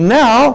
now